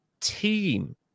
Team